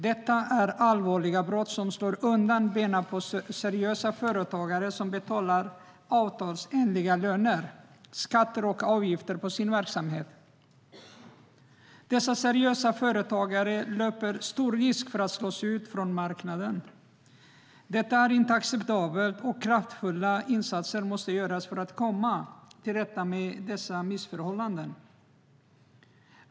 Detta är allvarliga brott som slår undan benen på seriösa företagare som betalar avtalsenliga löner, skatter och avgifter på sin verksamhet. Dessa seriösa företagare löper stor risk att slås ut från marknaden. Det är inte acceptabelt, och kraftfulla insatser måste göras för att komma till rätta med dessa missförhållanden.